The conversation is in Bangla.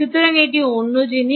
সুতরাং এটি অন্য জিনিস